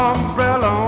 Umbrella